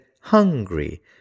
hungry